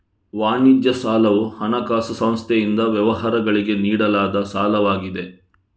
ವಾಣಿಜ್ಯ ಸಾಲವು ಹಣಕಾಸು ಸಂಸ್ಥೆಯಿಂದ ವ್ಯವಹಾರಗಳಿಗೆ ನೀಡಲಾದ ಸಾಲವಾಗಿದೆ